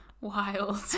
wild